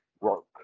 work